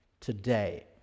today